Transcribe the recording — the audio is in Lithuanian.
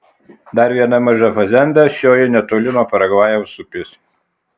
dar viena maža fazenda šioji netoli nuo paragvajaus upės